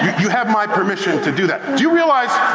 you have my permission to do that. do you realize